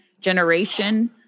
generation